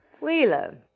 Wheeler